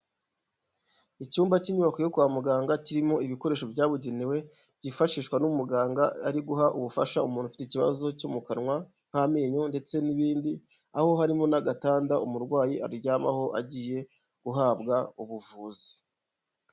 Icyumba cy'inyubako yo kwa muganga kirimo ibikoresho byabugenewe byifashishwa n'umuganga ari guha ubufasha umuntu ufite ikibazo cyo mu kanwa nk'amenyo ndetse n'ibindi, aho harimo n'agatanda umurwayi aryamaho agiye guhabwa ubuvuzi.